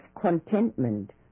contentment